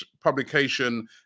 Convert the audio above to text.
publication